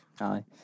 Aye